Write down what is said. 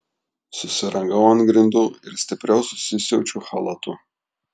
susirangau ant grindų ir stipriau susisiaučiu chalatu